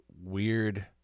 weird